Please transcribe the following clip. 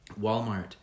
Walmart